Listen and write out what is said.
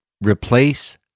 replace